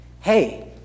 Hey